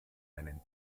meinen